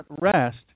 rest